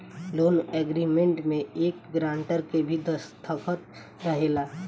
loan agreement में एक grantor के भी दस्तख़त रहेला